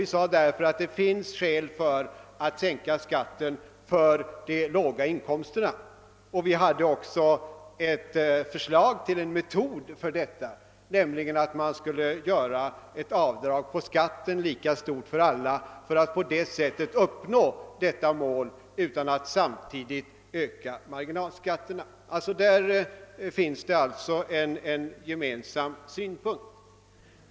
Vi sade därför att det finns skäl att sänka skatten för de låga inkomsterna, och vi hade också ett förslag till en metod för detta, nämligen att man skulle ge ett avdrag på skatten, lika stort för alla, för att uppnå målet utan att samtidigt öka marginalskatterna. Där finns det alltså en gemensam synpunkt.